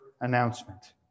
announcement